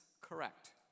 correct